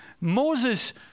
Moses